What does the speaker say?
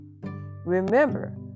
Remember